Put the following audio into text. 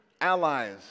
allies